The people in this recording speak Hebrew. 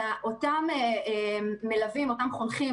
אותם מלווים, אתם חונכים